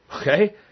Okay